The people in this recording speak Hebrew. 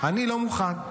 אני לא מוכן.